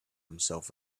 himself